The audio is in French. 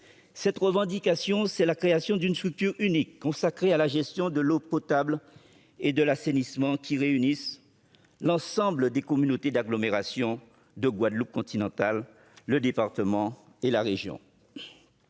Cette revendication, c'est la création d'une structure unique consacrée à la gestion de l'eau potable et de l'assainissement, qui réunisse l'ensemble des communautés d'agglomération de Guadeloupe continentale, le département et la région.